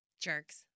Jerks